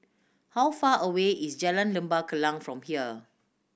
how far away is Jalan Lembah Kallang from here